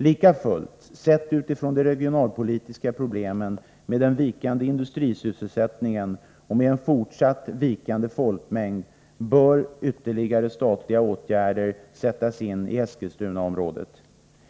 Likafullt bör, med tanke på de regionalpolitiska problemen med en vikande industrisysselsättning och med en fortsatt vikande folkmängd, ytterligare statliga åtgärder snarast sättas in i Eskilstunaområdet.